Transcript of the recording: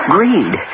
Greed